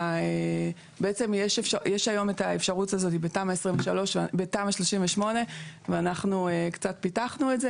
בעצם יש היום את האפשרות הזאת בתמ"א 38 ואנחנו קצת פיתחנו את זה.